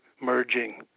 merging